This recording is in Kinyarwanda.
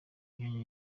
myanya